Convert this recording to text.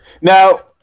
Now